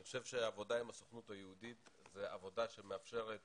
אני חושב שהעבודה עם הסוכנות היהודית זאת עבודה שמאפשרת